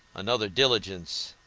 another diligence,